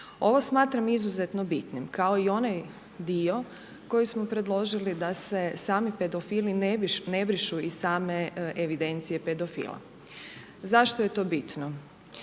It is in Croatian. Ovo smatram izuzetno bitnim, kao i onaj dio koji smo predložili da se sami pedofili ne brišu iz same evidencije pedofila. Zašto je to bitno?